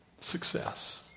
Success